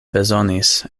bezonis